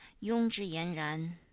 yong zhi yan ran.